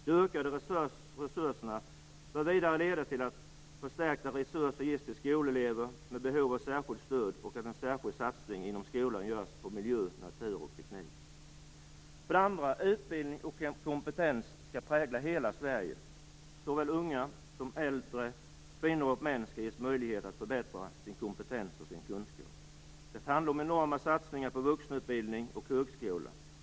De ökade resurserna bör vidare leda till att förstärkta resurser ges till skolelever med behov av särskilt stöd och även till att en särskild satsning inom skolan görs på miljö, natur och teknik. För det andra: Utbildning och kompetens skall prägla hela Sverige. Såväl unga som äldre, kvinnor som män, skall ges möjlighet att förbättra sin kompetens och kunskap. Det handlar om enorma satsningar på vuxenutbildning och högskola.